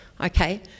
okay